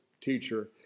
teacher